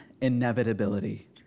inevitability